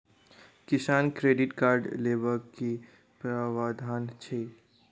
किसान credit card लेबाक की प्रावधान छै?